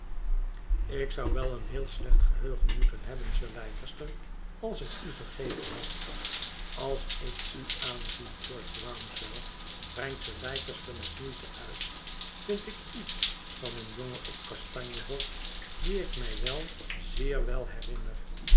ik zou wel een heel slecht geheugen moeten hebben sir leicester als ik u vergeten had als ik u aanzie george rouncewell brengt sir leicester met moeite uit vind ik iets van een jongen op kastanje hof dien ik mij wel zeer wel herinner